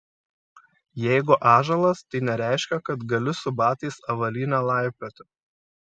jeigu ąžuolas tai nereiškia kad gali su batais avalyne laipioti